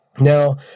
Now